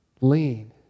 lean